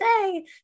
say